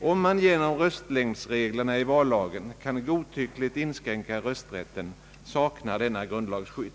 Om man genom röstlängdsreglerna i vallagen kan godtyckligt inskränka rösträtten, saknar denna grundlagsskydd.